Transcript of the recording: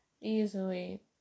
easily